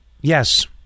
Yes